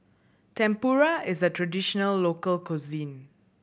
tempura is a traditional local cuisine